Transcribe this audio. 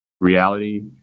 reality